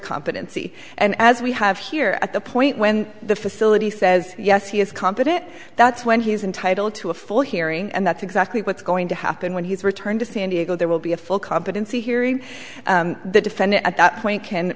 competency and as we have here at the point when the facility says yes he is competent that's when he's entitled to a full hearing and that's exactly what's going to happen when he's returned to san diego there will be a full competency hearing the defendant point can